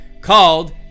called